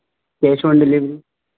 cash on delivery